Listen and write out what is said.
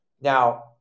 Now